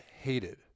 hated